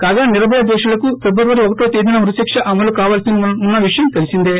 కాగా నిర్బయ దోషులకు ఫిబ్రవరి ఒకటో తేదీన ఉరిశిక్ష అమలు కావాల్పి ఉన్న విషయం తెలీసిందే